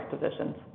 positions